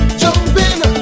jumping